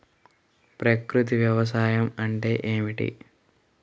ప్రకృతి వ్యవసాయం అంటే ఏమిటి?